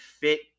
fit